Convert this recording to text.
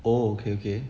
oh okay okay